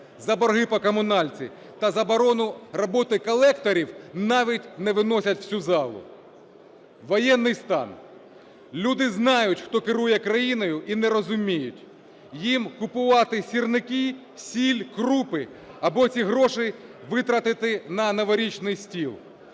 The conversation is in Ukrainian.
за борги по комуналці та заборону роботи колекторів навіть не виносять в цю залу. Воєнний стан. Люди знають, хто керує країною, і не розуміють: їм купувати сірники, сіль, крупи або ці гроші витратити на новорічний стіл.